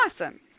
awesome